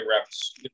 reps